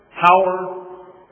power